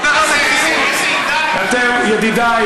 רשת או ערוץ 10. חבר הכנסת שמולי,